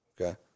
okay